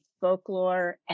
folklore